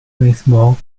baseball